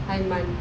aiman